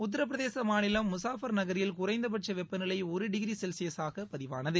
உத்தர பிரதேச மாநிலம் முசாபர் நகரில் குறைந்தபட்ச வெப்பநிலை ஒரு டிகிரி செல்சியஸசாக பதிவாளது